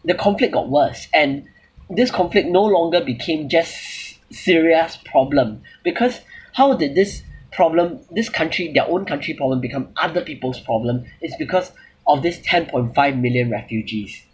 the conflict got worse and this conflict no longer became just sy~ syria's problem because how did this problem this country their own country problem become other people's problem is because of this ten point five million refugees